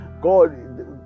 God